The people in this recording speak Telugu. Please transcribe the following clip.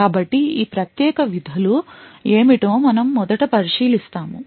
కాబట్టి ఈ ప్రత్యేక విధులు ఏమిటో మనం మొదట పరిశీలిస్తాము